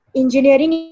engineering